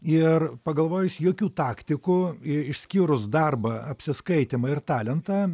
ir pagalvojus jokių taktikų i išskyrus darbą apsiskaitymą ir talentą